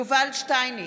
יובל שטייניץ,